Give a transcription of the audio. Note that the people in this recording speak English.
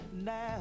Now